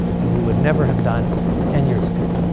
and we would never have done ten years ago.